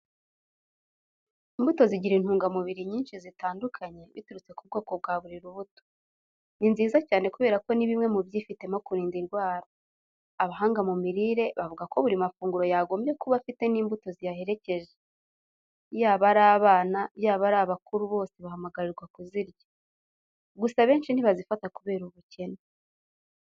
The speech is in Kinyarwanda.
Imbuto zigira intungamubiri nyinshi zitandukane biturutse ku bwoko bwa buri rubuto. Ni nziza cyane kubera ko ni bimwe mu byifitemo kurinda indwara. Abahanga mu mirire bavuga ko buri mafunguro yagombye kuba afite n'imbuto ziyaherekeje. Yaba ari abana, yaba ari abakuru bose bahamagarirwa kuzirya. Gusa abenshi ntibazifata kubera ubukene.